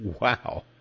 Wow